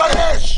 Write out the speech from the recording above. תתבייש.